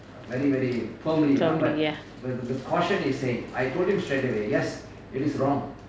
firmly